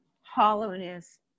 hollowness